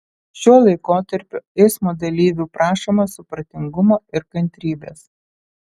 šiuo laikotarpiu eismo dalyvių prašoma supratingumo ir kantrybės